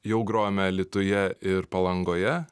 jau grojome alytuje ir palangoje